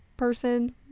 person